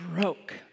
broke